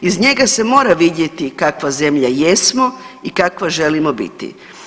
Iz njega se mora vidjeti kakva zemlja jesmo i kakva želimo biti.